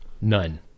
None